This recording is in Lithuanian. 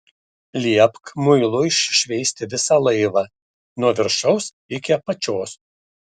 liepk muilu iššveisti visą laivą nuo viršaus iki apačios